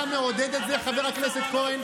אתה מעודד את זה, חבר הכנסת כהן?